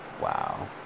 wow